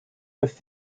with